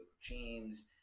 James